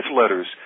letters